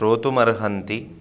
श्रोतुमर्हन्ति